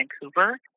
Vancouver